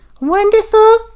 wonderful